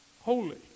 holy